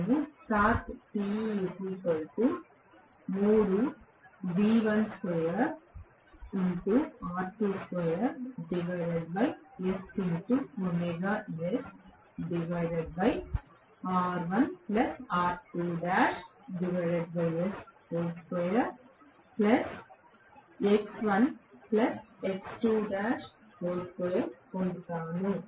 నేను టార్క్ పొందుతాను